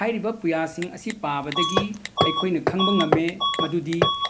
ꯍꯥꯏꯔꯤꯕ ꯄꯨꯌꯥꯁꯤꯡ ꯑꯁꯤ ꯄꯥꯕꯗꯒꯤ ꯑꯩꯈꯣꯏꯅ ꯈꯪꯕ ꯉꯝꯃꯦ ꯃꯗꯨꯗꯤ